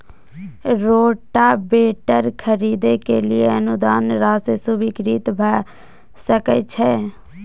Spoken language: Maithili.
रोटावेटर खरीदे के लिए अनुदान राशि स्वीकृत भ सकय छैय?